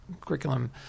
curriculum